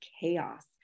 chaos